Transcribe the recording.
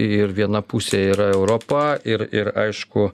ir viena pusė yra europa ir ir aišku